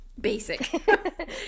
basic